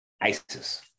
ISIS